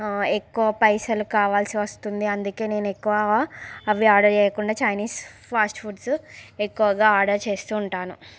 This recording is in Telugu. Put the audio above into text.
ఎక్కువ పైసలు కావాల్సి వస్తుంది అందుకే నేను ఎక్కువగా అవి ఆర్డర్ చేయకుండా చైనీస్ ఫాస్ట్ ఫుడ్స్ ఎక్కువగా ఆర్డర్ చేస్తూ ఉంటాను